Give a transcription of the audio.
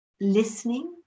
listening